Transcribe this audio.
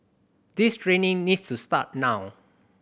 this training needs to start now